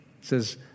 says